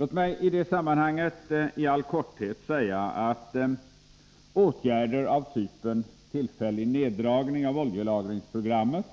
Låt mig i det sammanhanget bara i all korthet säga att åtgärder av typen tillfällig neddragning av oljelagringsprogrammet